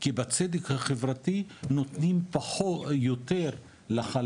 כי בצדק החברתי נותנים יותר לחלש,